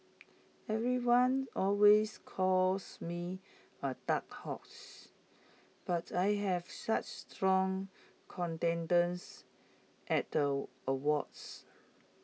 everyone always calls me A dark horse but I have such strong contenders at the awards